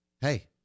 Hey